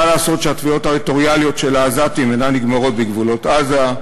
מה לעשות שהתביעות הטריטוריאליות של העזתים אינן נגמרות בגבולות עזה,